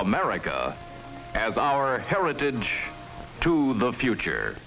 america as our heritage to the future